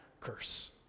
curse